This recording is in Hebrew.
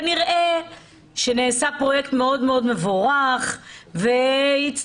כנראה שנעשה פרויקט מאוד מאוד מבורך והצטרפו